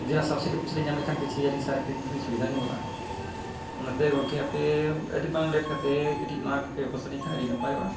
ᱡᱩᱫᱤ ᱚᱱᱟ ᱥᱟᱵ ᱥᱤᱰᱤ ᱯᱚᱭᱥᱟᱞᱤᱧ ᱧᱟᱢ ᱞᱮᱠᱷᱟᱱ ᱞᱤᱧ ᱠᱤᱪᱷᱩ ᱟᱹᱞᱤᱧ ᱥᱟᱨ ᱠᱤᱨᱤᱧ ᱦᱚᱸ ᱞᱤᱧ ᱥᱩᱵᱤᱫᱷᱟ ᱧᱚᱜᱚ ᱟ ᱚᱱᱟᱛᱮ ᱜᱚᱢᱠᱮ ᱟᱯᱮ ᱟᱹᱰᱤ ᱵᱟᱝ ᱞᱮᱴ ᱠᱟᱛᱮᱫ ᱠᱟᱹᱴᱤᱡ ᱱᱚᱣᱟ ᱯᱮ ᱵᱮᱵᱥᱛᱷᱟ ᱟᱹᱞᱤᱧ ᱠᱷᱟᱱ ᱟᱹᱰᱤ ᱱᱟᱯᱟᱭᱚᱜᱼᱟ